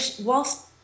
whilst